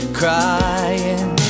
crying